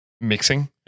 mixing